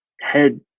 head